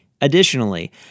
Additionally